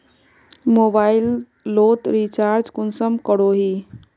Mobile लोत recharge कुंसम करोही?